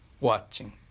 watching